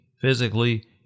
physically